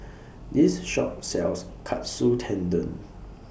This Shop sells Katsu Tendon